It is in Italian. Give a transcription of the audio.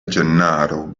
gennaro